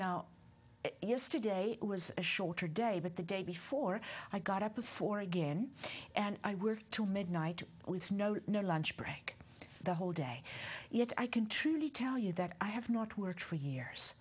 ears today it was a shorter day but the day before i got up before again and i were to midnight with no no lunch break the whole day yet i can truly tell you that i have not worked for years